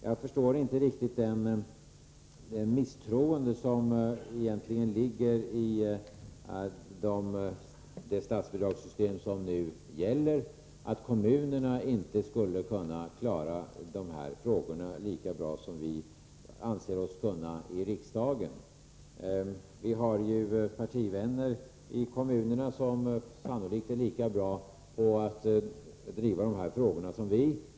Jag förstår inte riktigt det misstroende som ligger i påståendet att kommunerna inte kan klara dessa frågor lika bra som vi i riksdagen. Vi har ju partivänner i kommunerna som sannolikt är lika bra på att driva dessa frågor som vi.